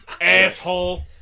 asshole